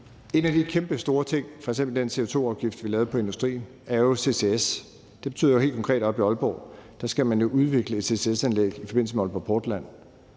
En af de kæmpestore ting, nemlig den CO2-afgift, vi lavede for industrien, handler jo om ccs. Det betyder jo helt konkret, at man oppe i Aalborg skal udvikle ccs-anlæg i forbindelse med Aalborg Portland.